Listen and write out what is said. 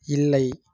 இல்லை